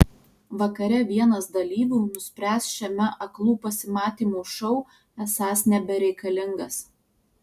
vakare vienas dalyvių nuspręs šiame aklų pasimatymų šou esąs nebereikalingas